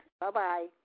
Bye-bye